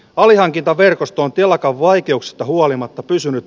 alihankintaverkoston telakan vaikeuksista huolimatta pysynyt